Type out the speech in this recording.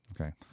Okay